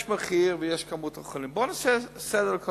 יש מחיר, ויש כמות חולים, בוא נעשה סדר.